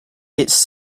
its